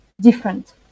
different